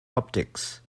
optics